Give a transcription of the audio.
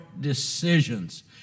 decisions